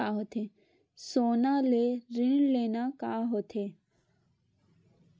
सोना ले ऋण लेना का होथे?